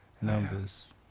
numbers